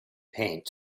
paint